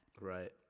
Right